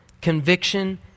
conviction